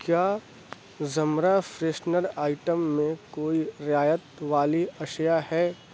کیا زمرہ freshener item میں کوئی رعایت والی اشیاء ہے